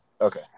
Okay